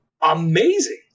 amazing